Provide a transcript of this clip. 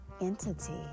entity